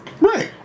Right